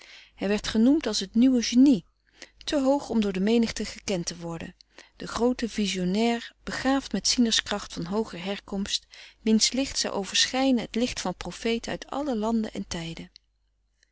hij werd genoemd als het nieuwe genie te hoog om door de menigte gekend te worden de groote vizionnair begaafd met zienerskracht van hooger herkomst wiens frederik van eeden van de koele meren des doods licht zou overschijnen het licht van profeten uit alle landen en tijden